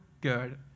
good